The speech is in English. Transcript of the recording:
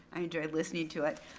i enjoyed listening to it.